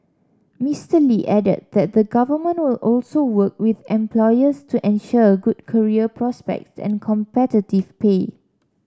Mister Lee added that the Government will also work with employers to ensure good career prospect and competitive pay